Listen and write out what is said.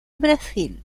brasil